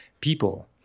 people